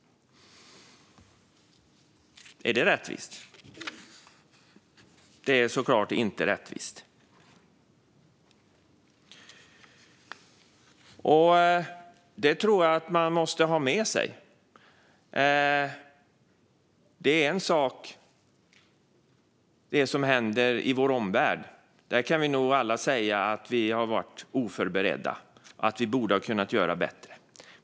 Är det rättvist? Det är såklart inte rättvist. Det tror jag att man måste ha med sig. Det som händer i vår omvärld är en sak. Det kan vi nog alla säga att vi har varit oförberedda på, och det borde vi ha kunnat göra bättre.